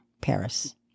Paris